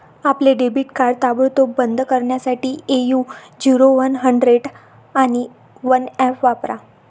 आपले debit card ताबडतोब बंद करण्यासाठी ए.यू झिरो वन हंड्रेड आणि वन ऍप वापरा